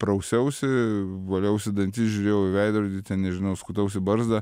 prausiausi valiausi dantis žiūrėjau į veidrodį ten nežinau skutausi barzdą